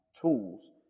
tools